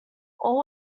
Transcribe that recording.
all